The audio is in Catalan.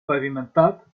pavimentat